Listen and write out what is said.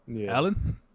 Alan